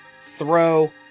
throw